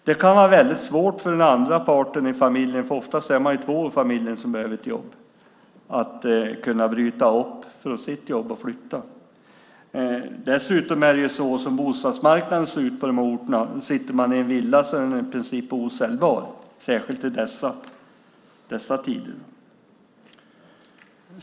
Oftast är man två i familjen som behöver ett jobb. Ofta kan det vara svårt för den andra parten att bryta upp från sitt jobb och flytta. Dessutom kan vi tänka på hur bostadsmarknaden ser ut på de här orterna. Om man sitter i en villa är den i princip osäljbar, särskilt i dessa tider.